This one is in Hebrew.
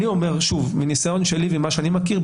אני אומר שוב מניסיון שלי ומה שאני מכיר,